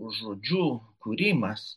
žodžių kūrimas